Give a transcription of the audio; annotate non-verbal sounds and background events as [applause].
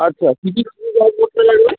আচ্ছা কী কী [unintelligible] করতে লাগবে